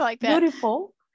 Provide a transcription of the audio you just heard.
beautiful